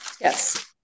Yes